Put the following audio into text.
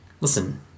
Listen